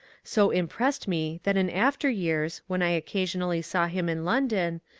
so im pressed me that in after years, when i occasionally saw him in london,